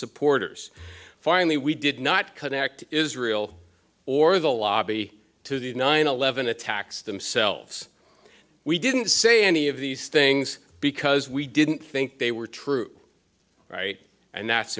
supporters finally we did not connect israel or the lobby to the nine eleven attacks themselves we didn't say any of these things because we didn't think they were true right and that's